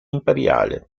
imperiale